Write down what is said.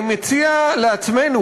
אני מציע לעצמנו,